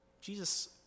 Jesus